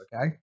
okay